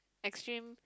extreme